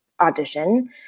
audition